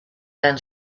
then